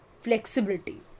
flexibility